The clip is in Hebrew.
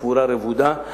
קבורה רבודה.